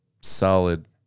solid